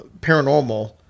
paranormal